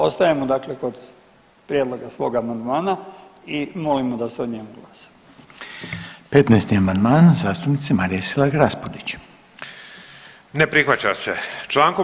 Ostajemo dakle kod prijedloga svoga amandmana i molimo da se o njemu glasa.